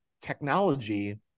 technology